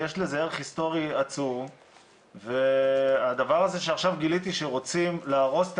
יש לזה ערך הסטורי עצום והדבר הזה שעכשיו גיליתי שרוצים להרוס את